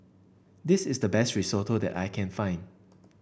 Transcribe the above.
this is the best Risotto that I can find